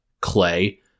Clay